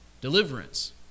deliverance